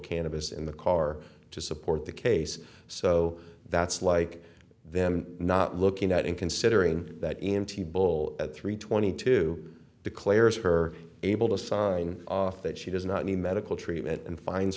cannabis in the car to support the case so that's like them not looking at and considering that empty bowl at three twenty two declares her able to sign off that she does not mean medical treatment and finds